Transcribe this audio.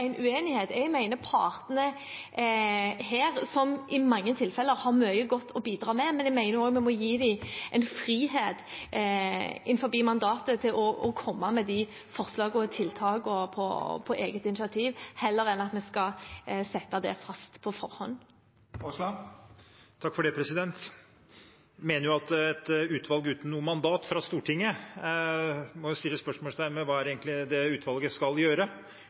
som i mange andre tilfeller – har mye godt å bidra med, men jeg mener også at vi må gi dem frihet innenfor mandatet til å komme med de forslagene og tiltakene på eget initiativ, heller enn at vi skal fastsette det på forhånd. En kan sette spørsmålstegn ved hva et utvalg uten et mandat fra Stortinget egentlig skal gjøre. Utgangspunktet for forslaget er å få på plass en ordning for norske lønns- og arbeidsvilkår i norske farvann og på norsk sokkel. Det